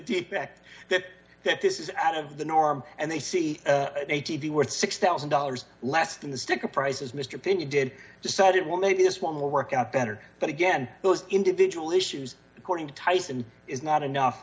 defect that this is out of the norm and they see a t v worth six thousand dollars less than the sticker price as mr pin you did decided well maybe this one will work out better but again those individual issues according to tyson is not enough